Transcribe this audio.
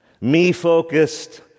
me-focused